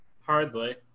Hardly